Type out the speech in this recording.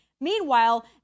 Meanwhile